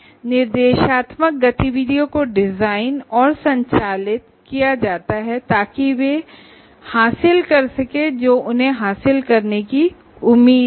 instructional activities को इस तरह डिजाइन और संचालित किया जाता है ताकि वे वह हासिल कर सकें जो उन्हें हासिल करने की उम्मीद है